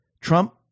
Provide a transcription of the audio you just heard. Trump